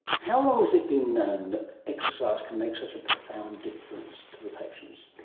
how long has it been known that exercise can make such a profound difference to the patients?